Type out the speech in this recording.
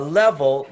level